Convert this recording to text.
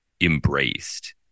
embraced